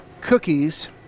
cookies